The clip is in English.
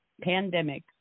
pandemic